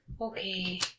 Okay